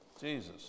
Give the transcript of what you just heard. Jesus